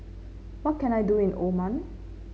what can I do in Oman